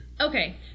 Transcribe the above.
Okay